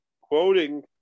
quoting